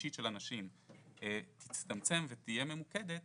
האישית של אנשים תצטמצם ותהיה ממוקדת